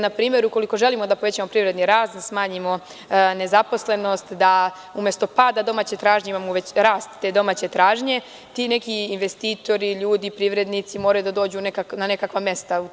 Na primer, ukoliko želimo da povećamo privredni rast, da smanjimo nezaposlenost, da umesto pada domaće tražnje imamo rast te domaće tražnje, ti neki investitori, ljudi, privrednici moraju da dođu u na nekakva mesta.